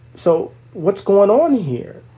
so what's going on here?